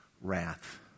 wrath